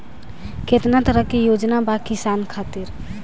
केतना तरह के योजना बा किसान खातिर?